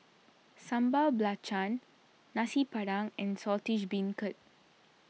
Sambal Belacan Nasi Padang and Saltish Beancurd